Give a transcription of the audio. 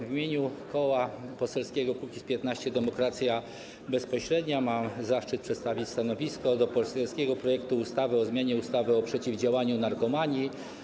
W imieniu Koła Poselskiego Kukiz’15 - Demokracja Bezpośrednia mam zaszczyt przedstawić stanowisko co do poselskiego projektu ustawy o zmianie ustawy o przeciwdziałaniu narkomanii.